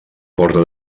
porta